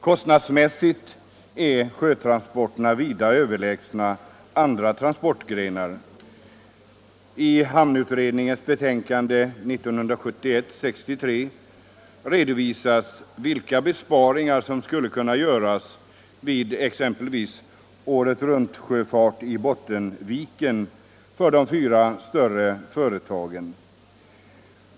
Kostnadsmässigt är sjötransporter vida överlägsna andra transportgrenar. I hamnutredningens betänkande nr 63 år 1971 redovisas vilka besparingar som skulle kunna göras vid året-runt-sjöfart på Bottenviken för fyra större företag.